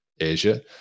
asia